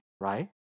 right